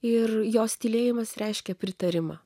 ir jos tylėjimas reiškė pritarimą